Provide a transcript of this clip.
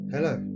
Hello